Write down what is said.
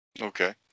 okay